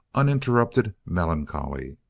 uninterrupted melancholy.